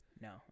No